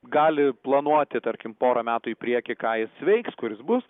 gali planuoti tarkim porą metų į priekį ką jis veiks kur jis bus